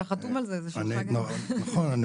אתה חתום על זה, זה שלך גם.